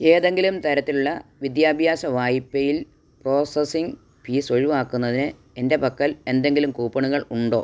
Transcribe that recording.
ഏതെങ്കിലും തരത്തിലുള്ള വിദ്യാഭ്യാസ വായ്പയിൽ പ്രോസസ്സിംഗ് ഫീസ് ഒഴിവാക്കുന്നതിന് എൻ്റെ പക്കൽ എന്തെങ്കിലും കൂപ്പണുകൾ ഉണ്ടോ